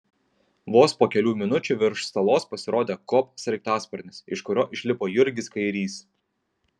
vos po kelių minučių virš salos pasirodė kop sraigtasparnis iš kurio išlipo jurgis kairys